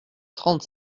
trente